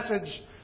message